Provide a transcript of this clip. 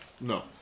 No